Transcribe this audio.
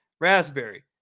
raspberry